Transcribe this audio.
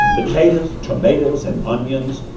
potatoes tomatoes and onions,